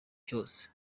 cyose